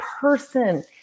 person